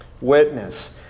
witness